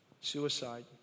suicide